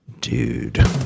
dude